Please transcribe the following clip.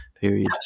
period